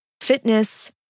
fitness